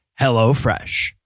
HelloFresh